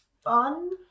fun